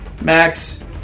Max